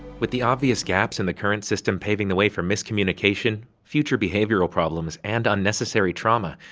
with the obvious gaps in the current system paving the way for miscommunication, future behavioural problems and unnecessary trauma,